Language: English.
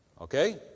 okay